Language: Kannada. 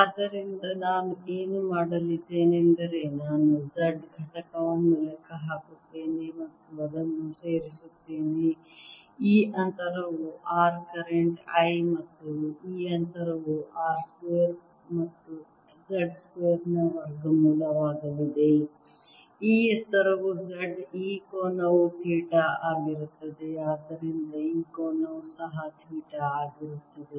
ಆದ್ದರಿಂದ ನಾನು ಏನು ಮಾಡಲಿದ್ದೇನೆಂದರೆ ನಾನು z ಘಟಕವನ್ನು ಲೆಕ್ಕ ಹಾಕುತ್ತೇನೆ ಮತ್ತು ಅದನ್ನು ಸೇರಿಸುತ್ತೇನೆ ಈ ಅಂತರವು r ಕರೆಂಟ್ I ಮತ್ತು ಈ ಅಂತರವು r ಸ್ಕ್ವೇರ್ ಮತ್ತು z ಸ್ಕ್ವೇರ್ ನ ವರ್ಗಮೂಲವಾಗಲಿದೆ ಈ ಎತ್ತರವು z ಈ ಕೋನವು ಥೀಟಾ ಆಗಿರುತ್ತದೆ ಆದ್ದರಿಂದ ಈ ಕೋನವು ಸಹ ಥೀಟಾ ಆಗಿರುತ್ತದೆ